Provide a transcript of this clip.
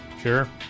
Sure